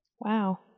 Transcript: Wow